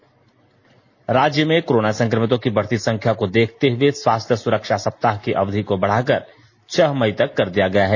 Covid राज्य में corona संकमितों की बढती संख्या को देखते हए स्वास्थ्य सुरक्षा सप्ताह की अवधि को बढाकर छह मई तक कर दिया गया है